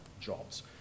jobs